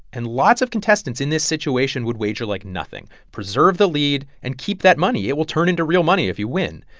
and lots of contestants in this situation would wager, like, nothing. preserve the lead and keep that money. it will turn into real money if you win.